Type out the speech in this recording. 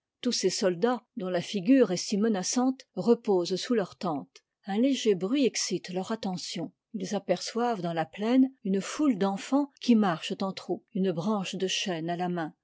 tous ces soldats dont la figure est si menaçante reposent sous leurs tentes un léger bruit excite leur attention ils aperçoivent dans la plaine une foule d'enfants qui marchent en troupe une branche de chêne à la main